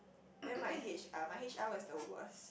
then my H_R my H_R was the worst